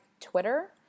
Twitter